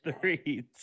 three